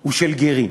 הוא של גרים.